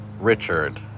Richard